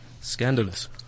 scandalous